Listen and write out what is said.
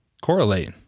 correlate